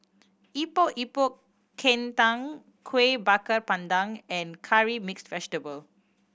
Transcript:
Epok Epok Kentang Kueh Bakar Pandan and Curry Mixed Vegetable